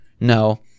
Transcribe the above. No